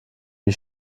wie